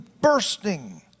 bursting